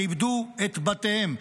שאיבדו את בתיהם.